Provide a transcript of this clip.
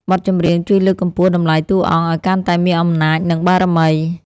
បទចម្រៀងជួយលើកកម្ពស់តម្លៃតួអង្គ ឱ្យកាន់តែមានអំណាច និងបារមី។